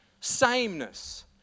sameness